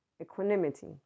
equanimity